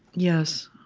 yes.